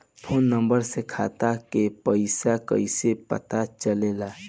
Phone number से खाता के पइसा कईसे पता चलेला?